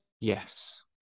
Yes